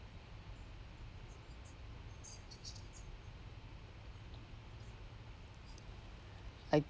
I